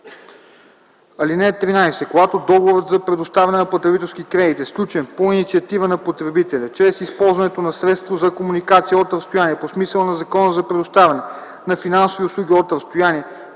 (13) Когато договорът за предоставяне на потребителски кредит е сключен по инициатива на потребителя чрез използването на средство за комуникация от разстояние по смисъла на Закона за предоставяне на финансови услуги от разстояние,